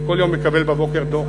תאורה, אני כל יום בבוקר מקבל דוח.